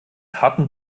harten